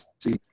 see